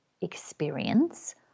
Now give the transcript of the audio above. experience